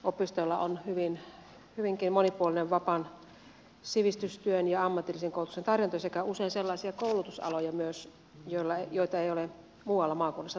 opistoilla on hyvinkin monipuolinen vapaan sivistystyön ja ammatillisen koulutuksen tarjonta sekä usein myös sellaisia koulutusaloja joita ei ole muualla maakunnassa tarjolla